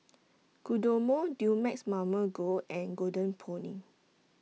Kodomo Dumex Mamil Gold and Golden Peony